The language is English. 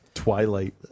twilight